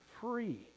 free